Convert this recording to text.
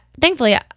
thankfully